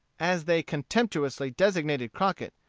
as they contemptuously designated crockett,